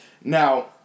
Now